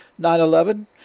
9-11